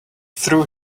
threw